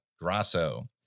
Grasso